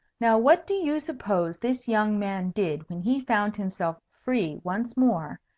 now what do you suppose this young man did when he found himself free once more,